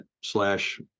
slash